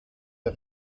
der